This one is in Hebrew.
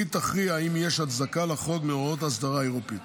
והיא תכריע אם יש הצדקה לחרוג מהוראות האסדרה האירופית.